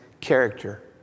character